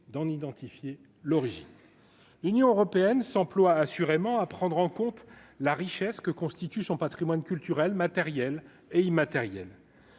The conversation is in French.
d'en identifier l'origine, l'Union européenne s'emploie assurément à prendre en compte la richesse que constitue son Patrimoine culturel, matériel et immatériel,